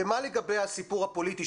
ומה לגבי הסיפור הפוליטי?